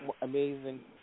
Amazing